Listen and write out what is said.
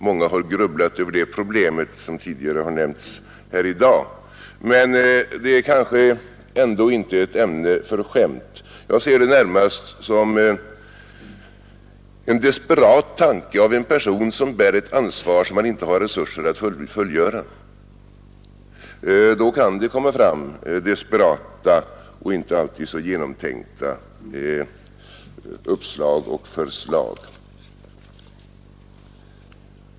Många har, som tidigare nämnts i dag, grubblat över detta problem. Men det är kanske ändå inte ett ämne för skämt. Jag ser det närmast som en desperat tanke av en person, som bär ett ansvar han inte har resurser att fullgöra. Då kan det komma fram desperata och inte alltid så genomtänkta idéer och förslag.